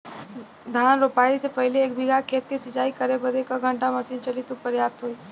धान रोपाई से पहिले एक बिघा खेत के सिंचाई करे बदे क घंटा मशीन चली तू पर्याप्त होई?